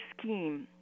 scheme